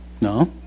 ¿No